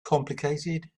complicated